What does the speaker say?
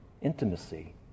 intimacy